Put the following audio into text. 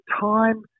time